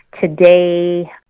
today